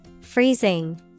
Freezing